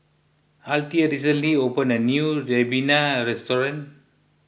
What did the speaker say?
Althea recently opened a new Ribena restaurant